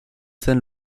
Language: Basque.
zen